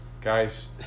guys